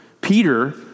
Peter